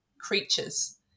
creatures